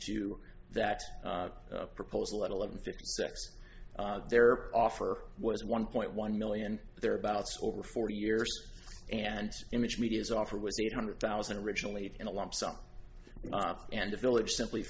to that proposal at eleven fifty six their offer was one point one million thereabouts over forty years and image media is offer was eight hundred thousand originally in a lump sum and the village simply